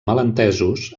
malentesos